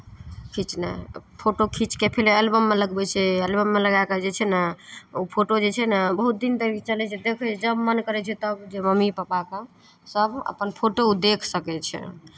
खिँचनाइ तब फोटो खीच कऽ फेर एलबममे लगबै छै एलबममे लगा कऽ जे छै ने ओ फोटो जे छै ने बहुत दिन तक चलै छै देखै जब मन करै छै तब जे मम्मी पप्पाके सभ अपन फोटो ओ देख सकै छै